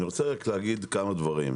אני רוצה להגיד כמה דברים,